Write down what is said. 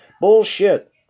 bullshit